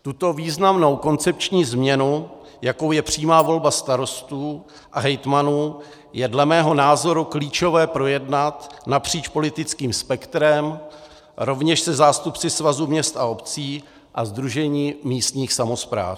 Tuto významnou koncepční změnu, jakou je přímá volba starostů a hejtmanů, je dle mého názoru klíčové projednat napříč politickým spektrem, rovněž se zástupci Svazu měst a obcí a Sdružení místních samospráv.